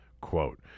quote